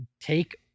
take